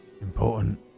important